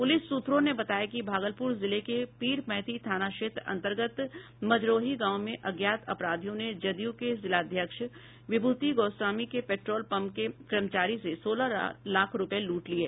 police सूत्रों ने बताया कि भागलपुर जिले के पीरपैंती थाना क्षेत्र अन्तर्गत मजरोही गांव में अज्ञात अपराधियों ने जदयू के जिलाध्यक्ष विभूति गोस्वामी के पेट्रोल पंप के कर्मचारी से सोलह लाख रूपये लूट लिये